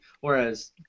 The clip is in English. whereas